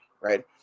right